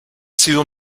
sido